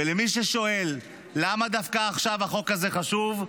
ולמי ששואל למה דווקא עכשיו החוק הזה חשוב,